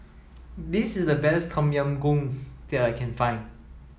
this is the best Tom Yam Goong that I can find